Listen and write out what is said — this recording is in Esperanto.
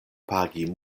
pagi